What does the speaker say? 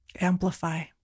Amplify